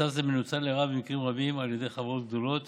מצב זה מנוצל לרעה במקרים רבים על ידי חברות גדולות